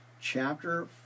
chapter